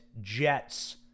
jets